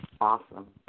Awesome